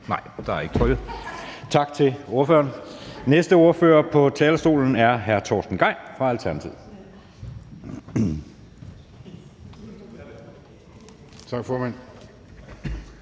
Nej, der er ikke trykket. Tak til ordføreren. Den næste ordfører på talerstolen er hr. Torsten Gejl fra Alternativet. Kl.